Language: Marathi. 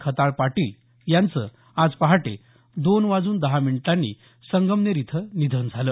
खताळ पाटील यांचं आज पहाटे दोन वाजून दहा मिनिटांनी संगमनेर इथं निधन झालं